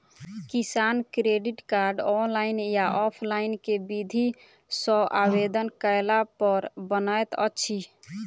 किसान credit card, online या offline केँ विधि सँ आवेदन कैला पर बनैत अछि?